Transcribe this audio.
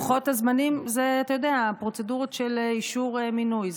לוחות הזמנים, זה פרוצדורות של אישור מינוי.